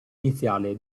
iniziale